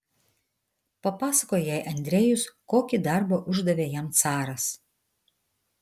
papasakojo jai andrejus kokį darbą uždavė jam caras